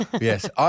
yes